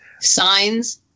signs